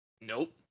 Nope